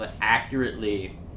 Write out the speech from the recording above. accurately